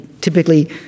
typically